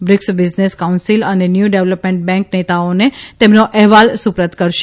BRICS business council અને new development bank નેતાઓને તેમનો અહેવાલ સુપ્રત કરશે